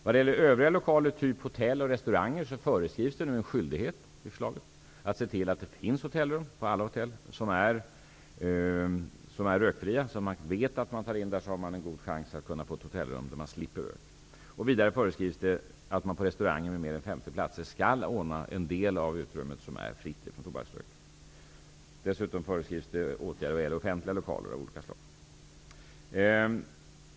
Vad gäller övriga lokaler, exempelvis hotell och restauranger, föreskrivs i förslaget en skyldighet att se till att det på alla hotell finns hotellrum som är rökfria. Man skall veta att man, om man tar in på ett sådant hotell, har en god chans att få ett rum där man slipper rök. Vidare föreskrivs det att man på restauranger med mer än 50 platser skall ordna att en del av utrymmet är fritt från tobaksrök. Dessutom föreskrivs åtgärder vad gäller offentliga lokaler av olika slag.